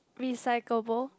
recyclable